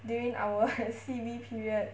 during our C_B period